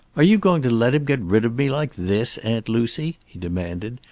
are you going to let him get rid of me like this, aunt lucy? he demanded.